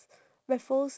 raffles